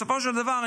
בסופו של דבר,